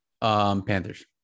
Panthers